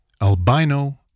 albino